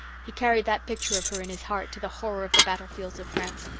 he carried that picture of her in his heart to the horror of the battlefields of france.